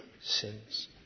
sins